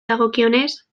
dagokionez